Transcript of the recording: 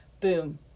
boom